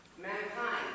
Mankind